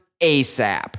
ASAP